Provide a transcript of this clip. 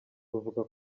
ruvuga